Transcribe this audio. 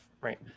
right